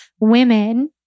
women